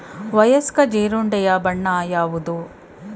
ವಯಸ್ಕ ಜೀರುಂಡೆಯ ಬಣ್ಣ ಯಾವುದು?